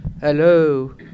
Hello